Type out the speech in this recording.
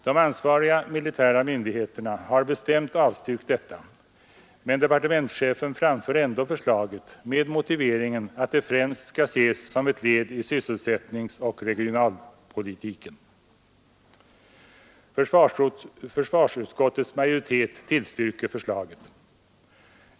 De ansvariga militära myndigheterna har bestämt avstyrkt detta, men departementschefen framför ändå förslaget, med motiveringen att det främst skall ses som ett led i sysselsättningsoch regionalpolitiken. Försvarsutskottets majoritet tillstyrker förslaget.